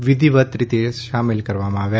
વિધિવત રીતે સામેલ કરવામાં આવ્યા